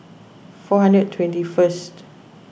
four hundred twenty first